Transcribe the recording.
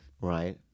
Right